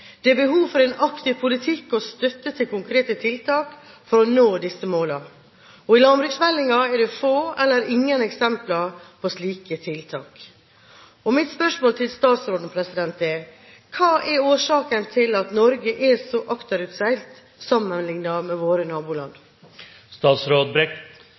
Det er behov for en aktiv politikk og støtte til konkrete tiltak for å nå disse målene. I landbruksmeldingen er det få eller ingen eksempler på slike tiltak. Mitt spørsmål til statsråden er: Hva er årsaken til at Norge er så akterutseilt sammenliknet med våre naboland?